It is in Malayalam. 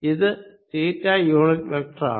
ഇത് തീറ്റ യൂണിറ്റ് വെക്ടറാണ്